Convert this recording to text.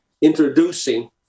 introducing